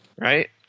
right